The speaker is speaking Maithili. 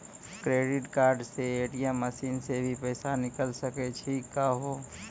क्रेडिट कार्ड से ए.टी.एम मसीन से भी पैसा निकल सकै छि का हो?